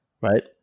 right